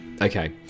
Okay